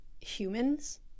humans